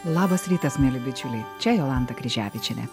labas rytas mieli bičiuliai čia jolanta kryževičienė